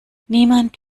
niemand